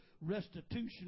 restitution